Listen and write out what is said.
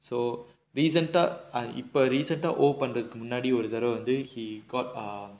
so recent ah இப்ப:ippa recent ah owe பண்றக்க முன்னாடி வந்து ஒரு தடவ வந்து:pandrakka munaadi vanthu oru thadava vanthu he got um